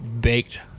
baked